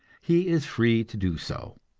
he is free to do so.